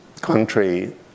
country